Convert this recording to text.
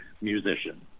musician